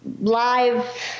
live